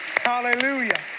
Hallelujah